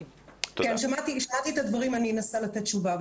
כן, שמעתי את הדברים, אני אנסה לתת תשובה.